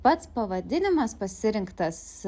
pats pavadinimas pasirinktas